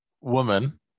woman